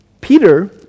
Peter